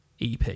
EP